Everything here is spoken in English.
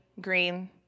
green